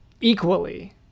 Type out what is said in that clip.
equally